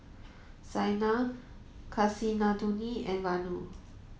Saina Kasinadhuni and Vanu